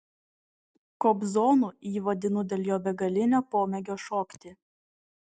kobzonu jį vadinu dėl jo begalinio pomėgio šokti